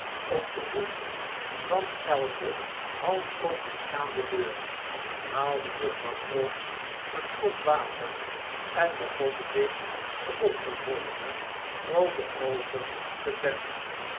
om den hoek van elke half openstaande deur haalde juffrouw pross eene kom water en begon zich de opgezwollene roode oogen te betten